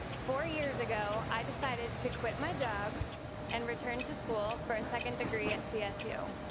four years ago, i decided to quit my job and return to school for a second degree at csu.